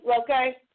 okay